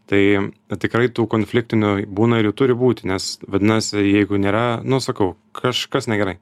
tai tikrai tų konfliktinių būna ir jų turi būti nes vadinasi jeigu nėra nu sakau kažkas negerai